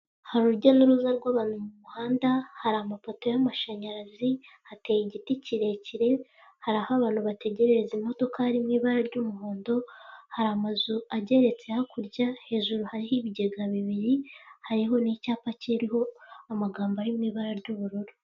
Hari urujya n'uruza rw'abantu mu muhanda hari amapoto y'amashanyarazi hateye igiti kirekire hari aho abantu bategererereza imodoka harimo ibara ry'umuhondo hari amazu ageretse hakurya hejuru hari ibigega bibiri hariho n'icyapa kiriho amagambo ari mu ibara ry'ubururu.